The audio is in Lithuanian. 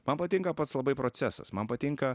man patinka pats labai procesas man patinka